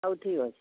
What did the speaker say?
ହଉ ଠିକ ଅଛି